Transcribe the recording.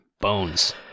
Bones